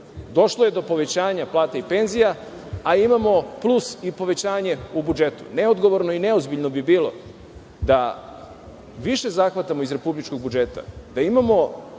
došlo je do povećanja plata i penzija, a imamo plus i povećanje u budžetu. Neodgovorno i neozbiljno bi bilo da više zahvatamo iz republičkog budžeta, da imamo